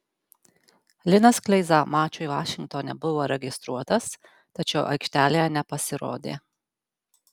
linas kleiza mačui vašingtone buvo registruotas tačiau aikštelėje nepasirodė